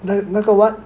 那那个 what